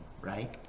right